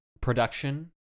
Production